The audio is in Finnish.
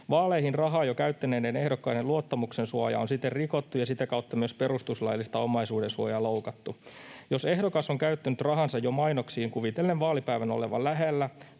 Vaaleihin rahaa jo käyttäneiden ehdokkaiden luottamuksen suoja on siten rikottu ja sitä kautta myös perustuslaillista omaisuudensuojaa loukattu. Jos ehdokas on käyttänyt rahansa jo mainoksiin kuvitellen vaalipäivän olevan lähellä